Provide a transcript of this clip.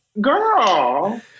Girl